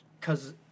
cause